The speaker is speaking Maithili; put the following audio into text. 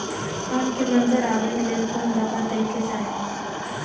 आम के मंजर आबे के लेल कोन दवा दे के चाही?